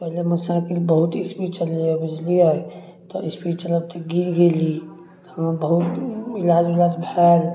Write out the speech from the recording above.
पहिले मोटरसाइकिल बहुत इस्पीड चलैए बुझलिए तऽ इस्पीड चलबैत तऽ गिर गेली हमरा बहुत इलाज बिलाज भैल